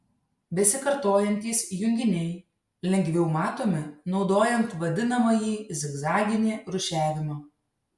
besikartojantys junginiai lengviau matomi naudojant vadinamąjį zigzaginį rūšiavimą